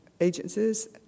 agencies